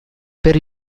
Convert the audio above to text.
per